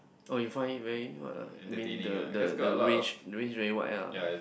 oh you found it very wide ah I mean the the the range the range very white lah